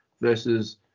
versus